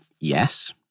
yes